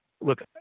look